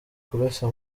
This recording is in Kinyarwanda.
kurasa